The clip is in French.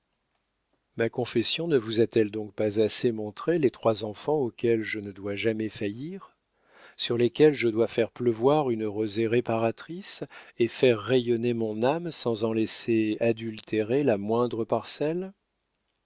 ma confession ne vous a-t-elle donc pas assez montré les trois enfants auxquels je ne dois jamais faillir sur lesquels je dois faire pleuvoir une rosée réparatrice et faire rayonner mon âme sans en laisser adultérer la moindre parcelle